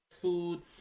food